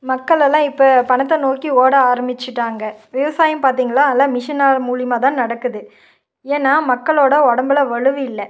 மக்களெல்லாம் இப்போ பணத்தை நோக்கி ஓட ஆரம்மிச்சிட்டாங்க விவசாயம் பார்த்திங்களா எல்லா மிஷினால் மூலிமா தான் நடக்குது ஏன்னால் மக்களோடய உடம்புல வலுவில்லை